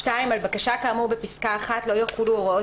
(2)על בקשה כאמור בפסקה (1) לא יחולו הוראות